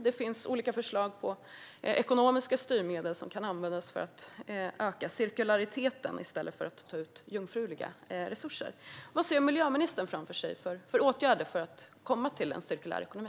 Det finns olika förslag på ekonomiska styrmedel som kan användas för att öka cirkulariteten i stället för att ta ut jungfruliga resurser. Vilka åtgärder ser miljöministern framför sig att man kan vidta för att åstadkomma en cirkulär ekonomi?